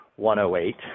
108